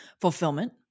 Fulfillment